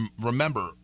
remember